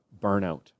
burnout